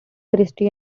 christie